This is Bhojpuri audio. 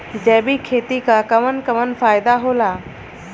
जैविक खेती क कवन कवन फायदा होला?